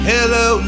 Hello